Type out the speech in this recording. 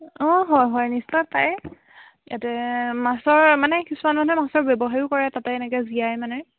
অঁ হয় হয় নিশ্চয় পায় ইয়াতে মাছৰ মানে কিছুমান মানুহে মাছৰ ব্যৱসায়ো কৰে তাতে এনেকে জীয়াই মানে